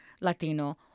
Latino